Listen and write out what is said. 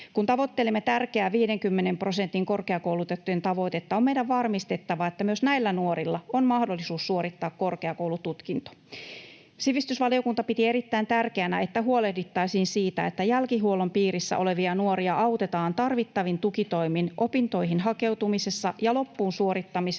Kun tavoittelemme tärkeää 50 prosentin korkeakoulutettujen tavoitetta, on meidän varmistettava, että myös näillä nuorilla on mahdollisuus suorittaa korkeakoulututkinto. Sivistysvaliokunta piti erittäin tärkeänä, että huolehdittaisiin siitä, että jälkihuollon piirissä olevia nuoria autetaan tarvittavin tukitoimin opintoihin hakeutumisessa ja niiden loppuun suorittamisessa